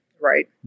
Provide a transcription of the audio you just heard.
right